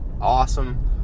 awesome